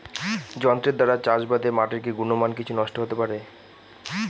যন্ত্রের দ্বারা চাষাবাদে মাটির কি গুণমান কিছু নষ্ট হতে পারে?